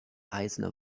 eisene